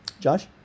Josh